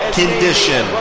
condition